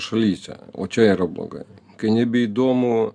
šalyse o čia yra blogai kai nebeįdomu